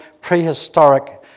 prehistoric